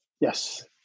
Yes